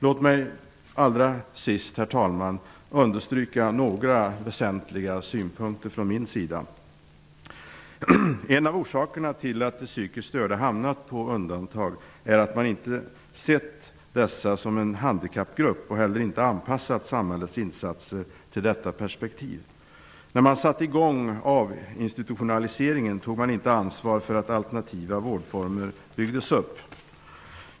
Låt mig sedan, herr talman, få understryka några väsentliga synpunkter från min sida. En av orsakerna till att de psykiskt störda hamnat på undantag är att man inte har sett dessa som en handikappgrupp och heller inte anpassat samhällets insatser till detta perspektiv. När man satte i gång med avinstitutionaliseringen tog man inte ansvar för att alternativa vårdformer byggdes upp.